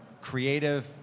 creative